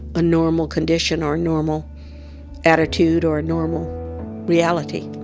ah normal condition or normal attitude or normal reality.